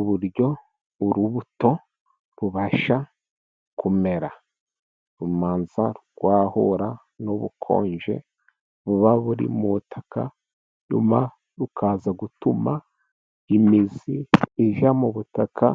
Uburyo urubuto rubasha kumera, rumanza rwahura n'ubukonje buba buri mu butaka, nyuma rukaza gutuma imizi iva mu butaka,